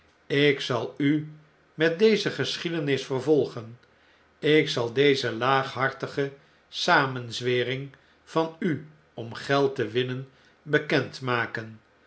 ik zal u met dezegeschiedenis vervolgen ik zal deze laaghartige samenzwering van uomgeldte winnen bekend maken